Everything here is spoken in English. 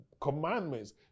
commandments